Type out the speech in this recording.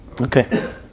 Okay